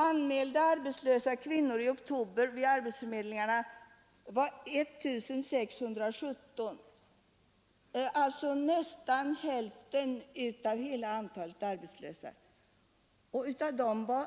Anmälda arbetslösa kvinnor i oktober vid arbetsförmedlingarna var 1 617, alltså nästan hälften av hela antalet arbetslösa, och av dem var